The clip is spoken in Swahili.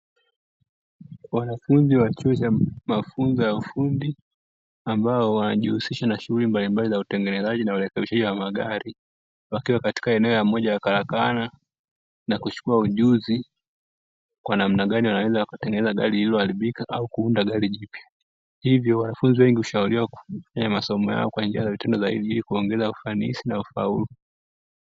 Wanafunzi wa chuo cha mafunzo ya ufundi, ambao wanajihusisha na shughuli mbalimbali za utengenezaji na urekebishaji wa magari, wakiwa katika eneo la moja ya karakana na kuchukua ujuzi kwa namna gani wanaweza wakatengeneza gari lililoharibika au kuunda gari jipya, hivyo wanafunzi wengi hushauriwa kufanya masomo yao kwa njia ya vitendo ili kuongeza ufanisi na ufaulu.